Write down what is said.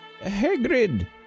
Hagrid